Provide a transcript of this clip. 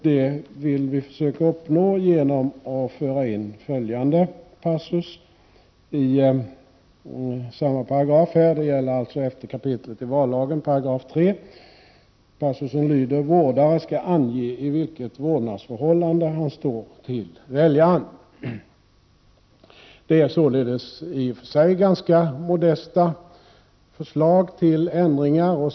Det vill vi försöka uppnå genom att föra in en passus i samma paragraf — 11 kap. 3 §- som säger att vårdare skall ange i vilket vårdnadsförhållande han står till väljaren. Det är således i och för sig ganska modesta förslag till ändringar.